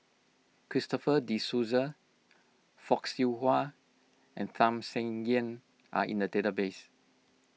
Christopher De Souza Fock Siew Wah and Tham Sien Yen are in the database